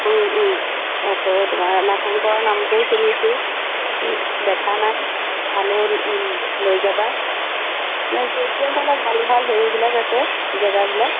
অঁ অঁ আকৌ তোমাৰ নাগশংকৰ নামটোও শুনিছোঁ দেখা নাই তালৈও লৈ যাবা মানে য'ত য'ত মানে ভাল ভাল হেৰিবিলাক আছে জেগাবিলাক